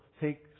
take